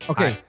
Okay